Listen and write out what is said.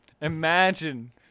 Imagine